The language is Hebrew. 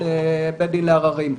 לבית הדין לעררים,